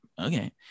okay